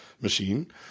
machine